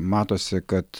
matosi kad